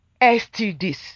STDs